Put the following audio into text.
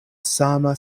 sama